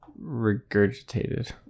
regurgitated